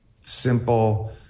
simple